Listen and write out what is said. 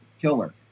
killer